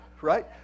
Right